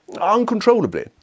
uncontrollably